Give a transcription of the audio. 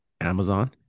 Amazon